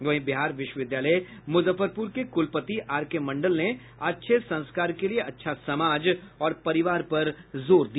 वहीं बिहार विश्वविद्यालय मुजफ्फरपुर के कुलपति आरके मंडल ने अच्छे संस्कार के लिये अच्छा समाज और परिवार पर जोर दिया